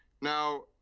Now